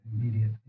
immediate